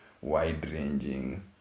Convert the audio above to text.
wide-ranging